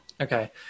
Okay